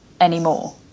anymore